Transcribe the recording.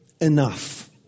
enough